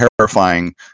terrifying